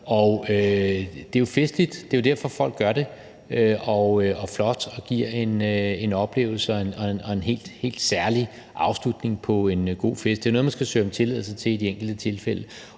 Det er jo festligt. Det er derfor, folk gør det. Det er flot og giver en oplevelse og en helt særlig afslutning på en god fest. Det er jo noget, man skal søge om tilladelse til i de enkelte tilfælde.